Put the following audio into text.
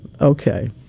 Okay